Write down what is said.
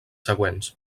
següents